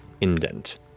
indent